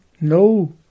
no